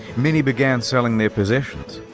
many began selling their possessions.